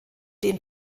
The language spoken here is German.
den